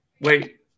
Wait